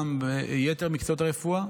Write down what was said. גם ביתר מקצועות הרפואה.